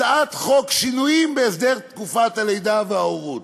הצעת חוק שינויים בהסדר תקופת הלידה וההורות.